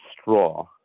straw